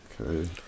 Okay